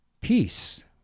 Peace